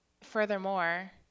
furthermore